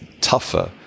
tougher